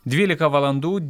dvylika valandų